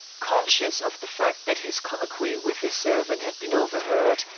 conscious of the fact that his colloquy with the servant had been overheard,